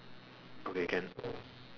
okay can